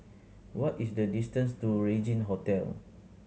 what is the distance to Regin Hotel